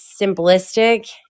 simplistic